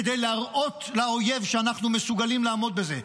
כדי להראות לאויב שאנחנו מסוגלים לעמוד בזה.